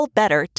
better